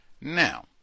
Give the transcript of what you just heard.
Now